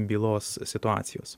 bylos situacijos